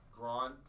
Gron